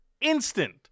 Instant